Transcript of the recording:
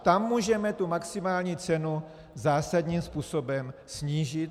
Tam můžeme tu maximální cenu zásadním způsobem snížit.